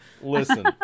Listen